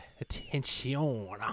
Attention